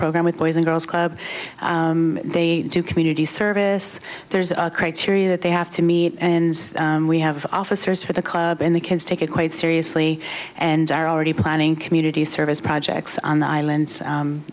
program with boys and girls club they do community service there's a criteria that they have to meet in we have officers for the club and the kids take it quite seriously and are already planning community service projects on the island